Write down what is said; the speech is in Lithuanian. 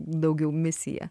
daugiau misija